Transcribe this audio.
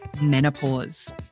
menopause